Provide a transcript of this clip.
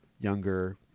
younger